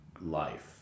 life